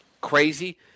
crazy